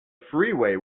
freeway